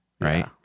right